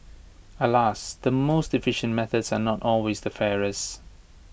alas the most efficient methods are not always the fairest